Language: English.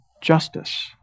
justice